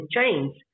chains